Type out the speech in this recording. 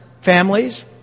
families